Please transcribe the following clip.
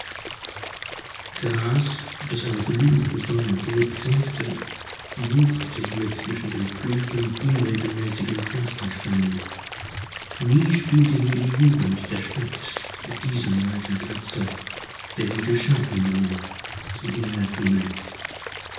gras das eine glühende sonne gelb sengte wucherte hier zwischen den plumpen unregelmäßigen pflastersteinen nie spielte hier die jugend der stadt auf diesem weiten platze der wie geschaffen war zum